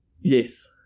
Yes